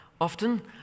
often